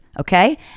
okay